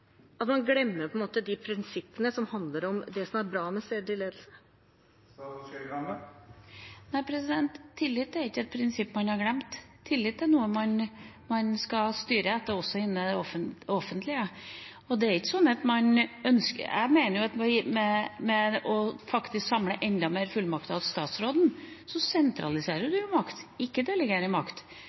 at man trekker seg fra den politiske holdningen, og blir mest opptatt av å skylde på tillit og sier det blir så komplisert når de ansatte må håndtere det, glemmer man da prinsippene som handler om det som er bra med stedlig ledelse? Nei, tillit er ikke et prinsipp man har glemt. Tillit er noe man skal styre etter også innen det offentlige. Jeg mener at ved å samle enda flere fullmakter hos statsråden sentraliserer man makt. Man delegerer ikke makt